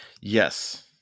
Yes